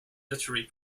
literary